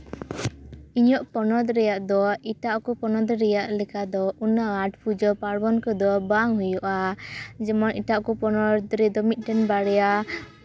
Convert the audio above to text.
ᱤᱧᱟᱹᱜ ᱯᱚᱱᱚᱛ ᱨᱮᱭᱟᱜ ᱫᱚ ᱮᱴᱟᱜ ᱠᱚ ᱯᱚᱱᱚᱛ ᱞᱮᱠᱟ ᱫᱚ ᱩᱱᱟᱹᱜ ᱟᱸᱴ ᱯᱩᱡᱟᱹ ᱯᱟᱨᱵᱚᱱ ᱠᱚᱫᱚ ᱵᱟᱝ ᱦᱩᱭᱩᱜᱼᱟ ᱡᱮᱢᱚᱱ ᱮᱪᱟᱜ ᱠᱚ ᱯᱚᱱᱚᱛ ᱨᱮᱫᱚ ᱢᱤᱫᱴᱮᱱ ᱵᱟᱨᱭᱟ